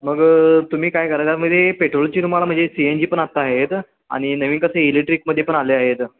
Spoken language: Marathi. मग तुम्ही काय करा त्या म्हणजे पेट्रोलची तुम्हाला म्हणजे सी एन जी पण आता आहेत आणि नवीन कसं इलेक्ट्रिकमध्ये पण आले आहेत